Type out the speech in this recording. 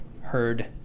heard